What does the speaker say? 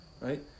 right